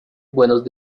buenos